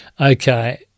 okay